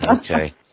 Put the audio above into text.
Okay